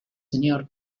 señor